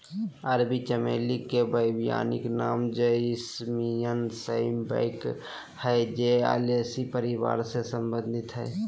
अरबी चमेली के वैज्ञानिक नाम जैस्मीनम सांबैक हइ जे ओलेसी परिवार से संबंधित हइ